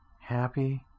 Happy